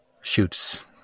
shoots